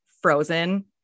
frozen